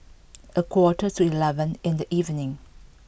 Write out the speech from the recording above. a quarter to eleven in the evening